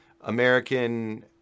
American